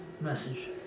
message